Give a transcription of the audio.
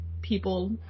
people